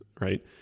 right